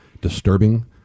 disturbing